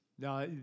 Now